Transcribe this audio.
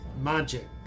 magic